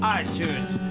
iTunes